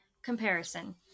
Comparison